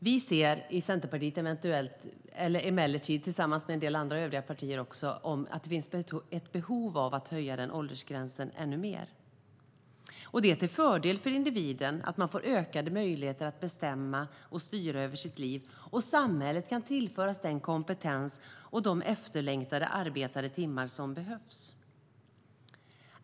Vi i Centerpartiet, och eventuellt en del övriga partier, ser emellertid att det finns ett behov av att höja åldersgränsen ännu mer. Det är till fördel för individen att få ökade möjligheter att bestämma och styra över sitt liv, och samhället kan tillföras den kompetens och de efterlängtade arbetade timmar som behövs.